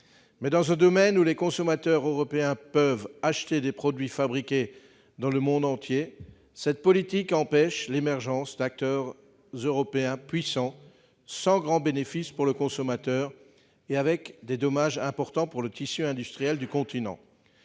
mais, alors que les consommateurs européens peuvent acheter des produits fabriqués dans le monde entier, cette politique empêche l'émergence d'acteurs européens puissants, sans grand bénéfice pour le consommateur et avec des dommages importants pour le tissu industriel du continent.